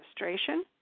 registration